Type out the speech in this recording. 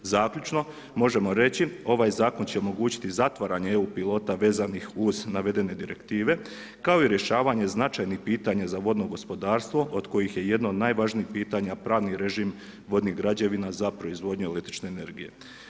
Zaključno, možemo reći ovaj zakon će omogućiti zatvaranje eu pilota vezanih uz navedene direktive kao i rješavanje značajnih pitanja za vodno gospodarstvo od kojih je jedno od najvažnijih pitanja pravni režim vodnih građevina za proizvodnju električne energije.